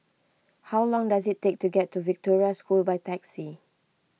how long does it take to get to Victoria School by taxi